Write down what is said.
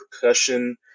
percussion